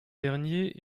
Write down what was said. dernier